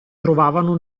trovavano